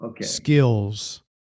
skills